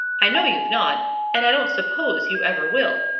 i know you've not and i don't suppose you ever will.